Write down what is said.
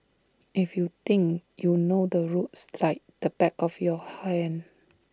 if you think you know the roads like the back of your